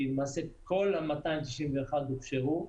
למעשה כל ה-291 הוכשרו,